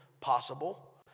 possible